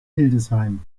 hildesheim